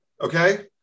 Okay